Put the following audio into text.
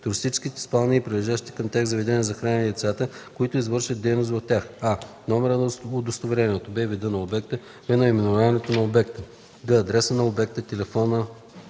туристическите спални и прилежащите към тях заведения за хранене и лицата, които извършват дейност в тях: а) номера на удостоверението; б) вида на обекта; в) наименованието на обекта; г) адреса на обекта, телефона,